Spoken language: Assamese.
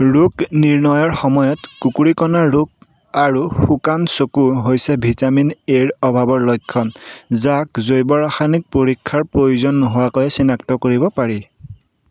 ৰোগ নিৰ্ণয়ৰ সময়ত কুকুৰীকণা ৰোগ আৰু শুকান চকু হৈছে ভিটামিন এৰ অভাৱৰ লক্ষণ যাক জৈৱ ৰাসায়নিক পৰীক্ষাৰ প্ৰয়োজন নোহোৱাকৈয়ে চিনাক্ত কৰিব পাৰি